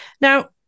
Now